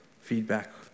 feedback